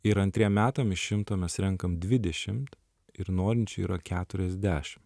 ir antriem metam iš šimto mes renkame dvidešimt ir norinčių yra keturiasdešim